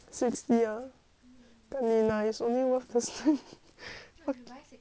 kanina it's only worth this price